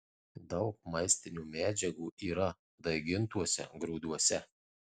daug maistinių medžiagų yra daigintuose grūduose